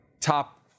top